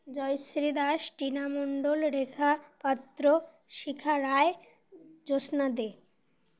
Jayashree Das Tina Mondal Rekha Patra Shikha Roy Jyotsna দে